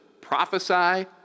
prophesy